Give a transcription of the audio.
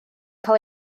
cael